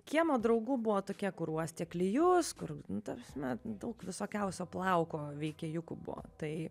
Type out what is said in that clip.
kiemo draugų buvo tokia kur uostė klijus kur ta prasme daug visokiausio plauko veikėjų kubo tai